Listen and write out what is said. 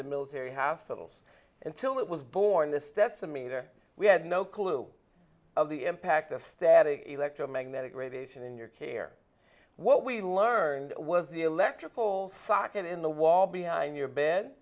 in military hospitals until it was born the stetson meter we had no clue of the impact of static electromagnetic radiation in your care what we learned was the electrical socket in the wall behind your bed